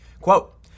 Quote